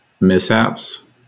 mishaps